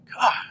God